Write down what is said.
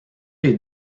les